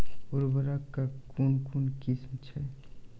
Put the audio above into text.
उर्वरक कऽ कून कून किस्म छै?